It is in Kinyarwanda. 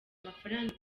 amafaranga